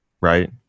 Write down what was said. right